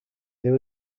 there